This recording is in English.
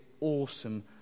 awesome